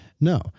No